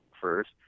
first